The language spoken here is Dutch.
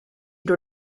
door